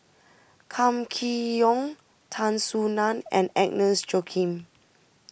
Kam Kee Yong Tan Soo Nan and Agnes Joaquim